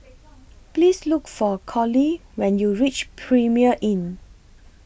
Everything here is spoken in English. Please Look For Colie when YOU REACH Premier Inn